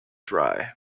dry